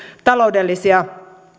taloudellisia